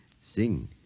Sing